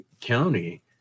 County